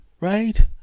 right